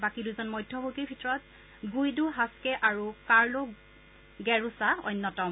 বাকী দুজন মধ্যভোগীৰ ভিতৰত গুইডো হাচ্কে আৰু কাৰ্লো গেৰোছা অন্যতম